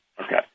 Okay